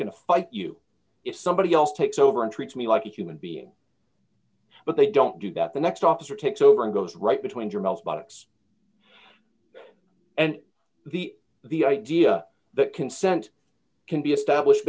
going to fight you if somebody else takes over and treats me like a human being but they don't do that the next officer takes over and goes right between your mailbox and the the idea that consent can be established